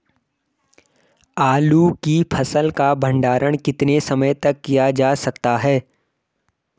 आलू की फसल का भंडारण कितने समय तक किया जा सकता है?